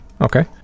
Okay